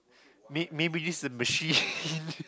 may maybe use the machine